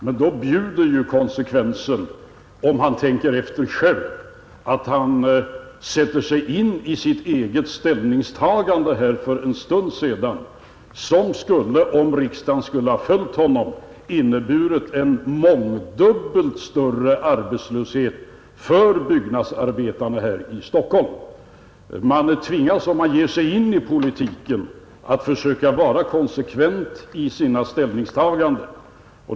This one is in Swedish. Men då bjuder ju konsekvensen, om han tänker efter själv, att han sätter sig in i sitt eget ställningstagande här för en stund sedan som, om riksdagen hade följt honom, skulle ha inneburit en mångdubbelt större arbetslöshet för byggnadsarbetarna här i Stockholm. Man tvingas, om man ger sig in i politiken, att försöka vara konsekvent i sina ställningstaganden.